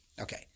Okay